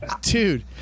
Dude